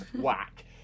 whack